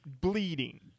bleeding